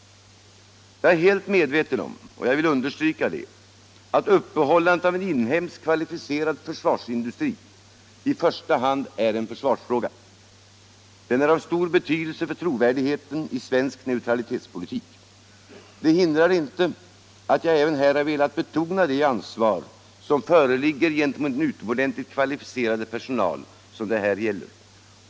Jag är helt medveten om — och det är jag angelägen att understryka — att uppehållandet av en inhemsk, kvalificerad försvarsindustri i första hand är en försvarsfråga. Den är av stor betydelse för trovärdigheten i svensk neutralitetspolitik. Det hindrar inte att jag även här velat betona det ansvar som föreligger gentemot den utomordentligt kvalificerade personal som det här gäller.